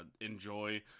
enjoy